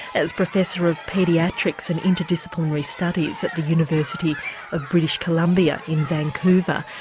as professor of paediatrics and interdisciplinary studies at the university of british columbia in vancouver,